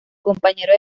compañero